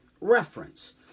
reference